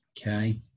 Okay